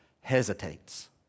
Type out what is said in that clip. hesitates